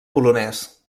polonès